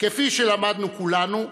כפי שלמדנו כולנו,